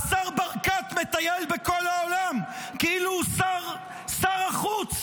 השר ברקת מטייל בכל העולם כאילו הוא שר החוץ,